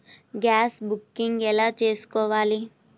Gas booking ఎలా చేసుకోవాలి?